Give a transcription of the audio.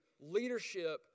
leadership